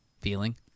feeling